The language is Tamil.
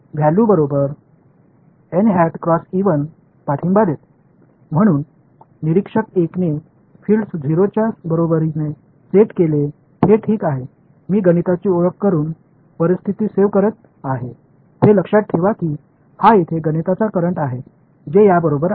எனவே பார்வையாளர் 1 புலங்களை 0 க்கு சமமாக அமைத்துள்ளார் அது சரி நான் ஒரு கணிதத்தை அறிமுகப்படுத்துவதன் மூலம் நிலைமையைச் சேமிக்கிறேன் இது இங்கே ஒரு கணித மின்னோட்டமாகும் இது இதற்கு சமம்